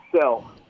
sell